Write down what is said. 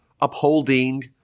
upholding